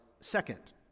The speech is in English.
second